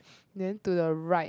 then to the right